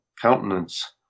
countenance